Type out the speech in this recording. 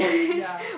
ya